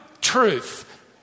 truth